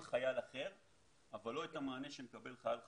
חייל אחר אבל לא את המענה שמקבל חייל חרדי.